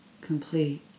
complete